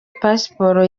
pasiporo